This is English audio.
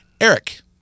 Eric